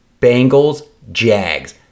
Bengals-Jags